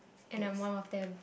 and I'm one of them